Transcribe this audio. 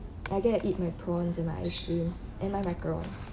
I get to eat my prawns and my ice cream and my macaron